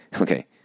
okay